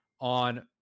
on